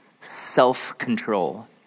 self-control